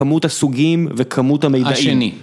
כמות הסוגים וכמות המידעים. השני.